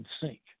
sink